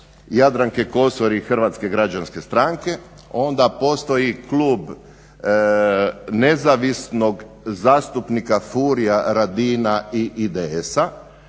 Jadranke Kosor i Hrvatske građanske stranke, onda postoji Klub nezavisnog zastupnika Furia Radina i IDS-a.